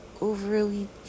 overly